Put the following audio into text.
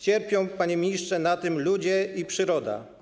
Cierpią, panie ministrze, na tym ludzie i przyroda.